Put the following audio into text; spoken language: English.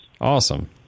Awesome